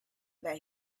that